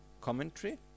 commentary